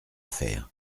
faire